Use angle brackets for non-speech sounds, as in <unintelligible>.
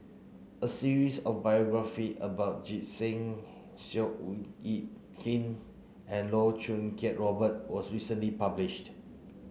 a series of biography about <unintelligible> Singh <unintelligible> Yit Kin and Loh Choo Kiat Robert was recently published